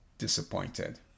disappointed